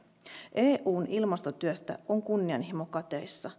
eun ilmastotyöstä on kunnianhimo kateissa